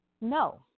No